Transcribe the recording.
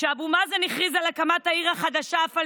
כשאבו מאזן הכריז על הקמת העיר הפלסטינית